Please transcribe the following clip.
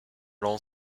l’an